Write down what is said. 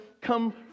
come